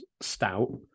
stout